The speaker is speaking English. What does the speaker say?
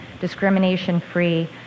discrimination-free